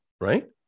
right